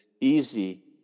easy